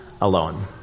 alone